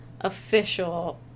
official